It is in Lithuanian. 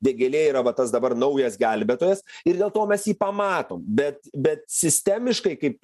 vėgėlė yra va tas dabar naujas gelbėtojas ir dėl to mes jį pamatom bet bet sistemiškai kaip